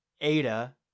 ADA